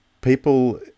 people